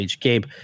gabe